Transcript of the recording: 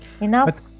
enough